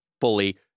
fully